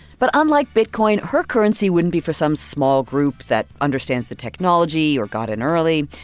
but unlike bitcoin, her currency wouldn't be for some small group that understands the technology or got in early.